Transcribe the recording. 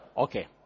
Okay